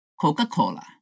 Coca-Cola